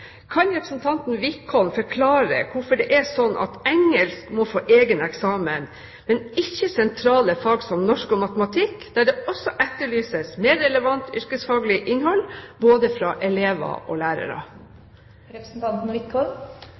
Kan representanten Wickholm forklare hvorfor det er slik at engelsk må få egen eksamen, men ikke sentrale fag som norsk og matematikk, der det etterlyses mer relevant yrkesfaglig innhold både fra elever og fra lærere? Det kan representanten Wickholm.